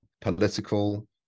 political